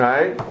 Right